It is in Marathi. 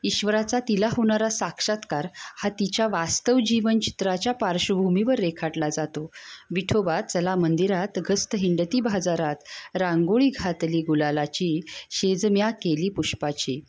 ईश्वराचा तिला होणारा साक्षात्कार हा तिच्या वास्तव जीवनचित्राच्या पार्श्वभूमीवर रेखाटला जातो विठोबा चला मंदिरात गस्त हिंडती बाजारात रांगोळी घातली गुलालाची शेज म्या केली पुष्पाची